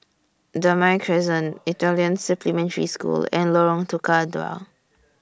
Damai Crescent Italian Supplementary School and Lorong Tukang Dua